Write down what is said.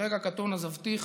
"ברגע קטן עזבתיך